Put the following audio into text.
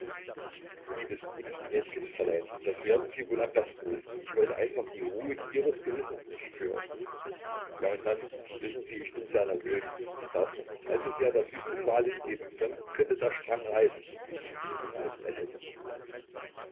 liebes gutes gnädiges fräulein das werden sie wohl am besten wissen ich wollte einfach die ruhe ihres gewissens nicht stören ja und dann wissen sie bin ich sehr nervös und darf mich nicht allzusehr der süßen qual hingeben sonst könnte der strang reißen falk lächelte